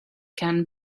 can